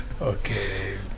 Okay